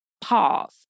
pause